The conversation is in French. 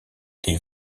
des